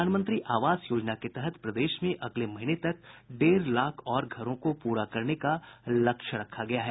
प्रधानमंत्री आवास योजना के तहत प्रदेश में अगले महीने तक डेढ़ लाख और घरों को पूरा करने का लक्ष्य रखा गया है